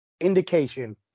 indication